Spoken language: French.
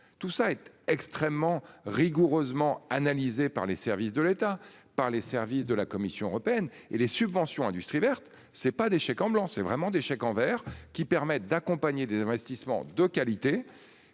tout ça est extrêmement rigoureusement analysé par les services de l'État par les services de la Commission européenne et les subventions industrie verte c'est pas des chèques en blanc c'est vraiment des chèques envers qui permettent d'accompagner des investissements de qualité